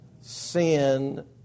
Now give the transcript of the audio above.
Sin